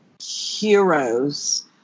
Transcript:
heroes